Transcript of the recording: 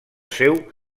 seu